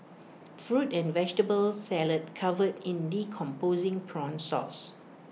fruit and vegetable salad covered in decomposing prawn sauce